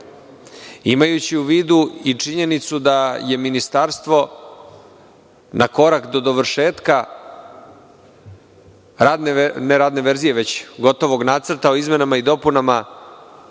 imajući u vidu i činjenicu da je ministarstvo na korak do dovršetka gotovog nacrta o izmenama i dopunama